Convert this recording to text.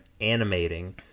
animating